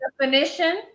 definition